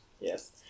Yes